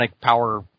Power